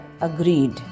agreed